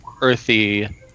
earthy